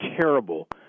terrible